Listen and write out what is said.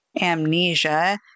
amnesia